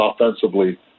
offensively